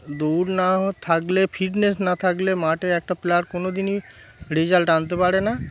দৌড় না থাকলে ফিটনেস না থাকলে মাঠে একটা প্লেয়ার কোনো দিনই রেজাল্ট আনতে পারে না